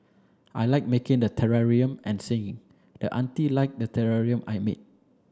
I like making the terrarium and singing and the auntie liked the terrarium I made